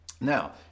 Now